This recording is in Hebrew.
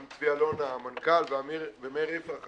גם צבי אלון המנכ"ל ומאיר יפרח